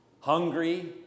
Hungry